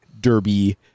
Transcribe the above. derby